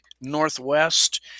Northwest